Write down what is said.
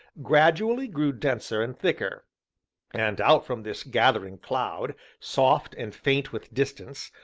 gradually grew denser and thicker and out from this gathering cloud, soft, and faint with distance,